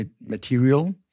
material